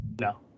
No